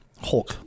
Hulk